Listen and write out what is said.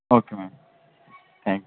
okay ma'am thank you